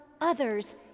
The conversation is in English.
others